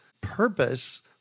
purpose